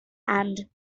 and